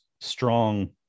strong